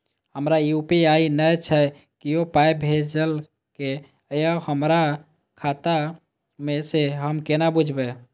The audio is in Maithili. हमरा यू.पी.आई नय छै कियो पाय भेजलक यै हमरा खाता मे से हम केना बुझबै?